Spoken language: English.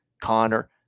Connor